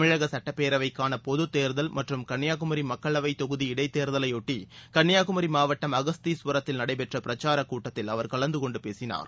தமிழக சுட்டப்பேரவைக்கான பொதுத்தேர்தல் மற்றும் கன்னியாகுமரி மக்களவை தொகுதி இடைத்தேர்தலையொட்டி கன்னியாகுமரி மாவட்டம் அகஸ்தீஸ்வரத்தில் நடைபெற்ற பிரச்சார கூட்டத்தில் அவர் கலந்து கொண்டு பேசினார்